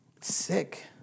sick